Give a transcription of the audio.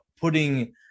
putting